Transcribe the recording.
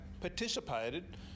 participated